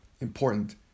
important